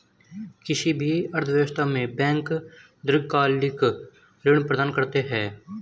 किसी भी अर्थव्यवस्था में बैंक दीर्घकालिक ऋण प्रदान करते हैं